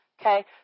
Okay